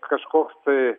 kažkoks tai